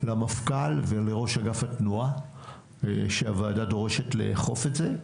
למפכ"ל ולראש אגף התנועה שהוועדה דורשת לאכוף את זה.